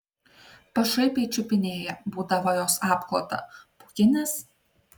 pašaipiai čiupinėja būdavo jos apklotą pūkinis